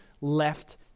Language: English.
left